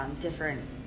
Different